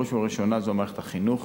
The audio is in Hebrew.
בראש ובראשונה זוהי מערכת החינוך.